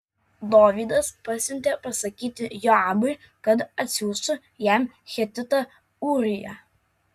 dovydas pasiuntė pasakyti joabui kad atsiųstų jam hetitą ūriją